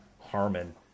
Harmon